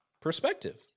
perspective